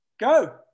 go